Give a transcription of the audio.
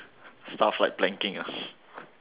stuff like planking ah